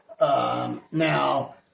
Now